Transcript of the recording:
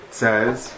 says